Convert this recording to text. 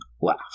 laugh